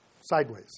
sideways